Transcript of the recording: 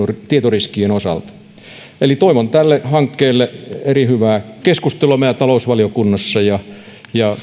tietoriskien osalta toivon tällä hankkeelle eri hyvää keskustelua meidän talousvaliokunnassa ja ja